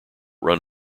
run